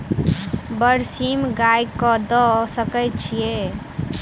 बरसीम गाय कऽ दऽ सकय छीयै?